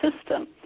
system